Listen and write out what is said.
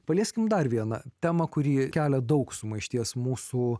palieskime dar vieną temą kuri kelia daug sumaišties mūsų